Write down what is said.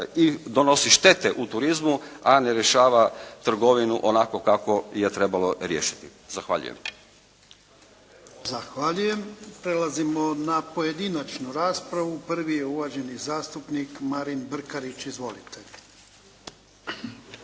i donosi štete u turizmu, a ne rješava trgovinu onako kako je trebalo riješiti. Zahvaljujem. **Jarnjak, Ivan (HDZ)** Zahvaljujem. Prelazimo na pojedinačnu raspravu. Prvi je uvaženi zastupnik Marin Brkarić. Izvolite.